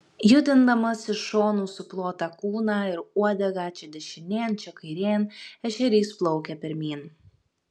judindamas iš šonų suplotą kūną ir uodegą čia dešinėn čia kairėn ešerys plaukia pirmyn